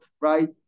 right